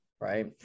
right